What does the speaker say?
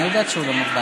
אני יודעת שהוא לא מוגבל.